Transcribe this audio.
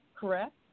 correct